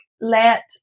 let